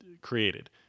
created